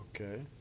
Okay